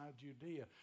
Judea